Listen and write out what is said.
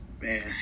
Man